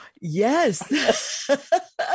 Yes